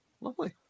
Lovely